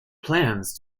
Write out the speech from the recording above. plans